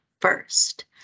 first